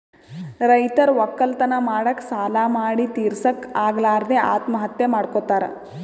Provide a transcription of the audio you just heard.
ರೈತರ್ ವಕ್ಕಲತನ್ ಮಾಡಕ್ಕ್ ಸಾಲಾ ಮಾಡಿ ತಿರಸಕ್ಕ್ ಆಗಲಾರದೆ ಆತ್ಮಹತ್ಯಾ ಮಾಡ್ಕೊತಾರ್